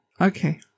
Okay